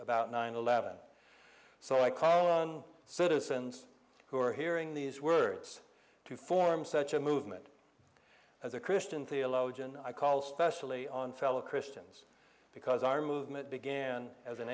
about nine eleven so i call on citizens who are hearing these words to form such a movement as a christian theologian i call specially on fellow christians because our movement began as an